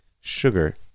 sugar